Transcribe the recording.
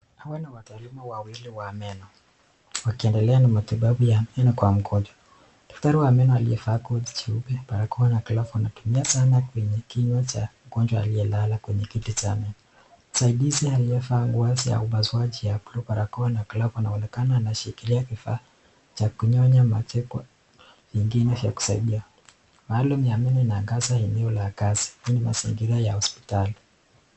Hawa ni wataalamu wawili wa meno wakiendelea na matibabu ya meno kwa mgonjwa. Daktari wa meno aliyevaa koti jeupe, barakoa na glavu anapimia sana kwenye kinywa cha mgonjwa aliyelala kwenye kiti cha meno. Msaidizi aliyevaa nguo za upasuaji ya bluu, barakoa na glavu anaonekana anashikilia kifaa cha kunyonya maji, vingine vya kusaidia. Maalum ya meno inaangaza eneo la kazi. Hii ni mazingira ya hospitali.